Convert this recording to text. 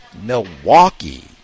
Milwaukee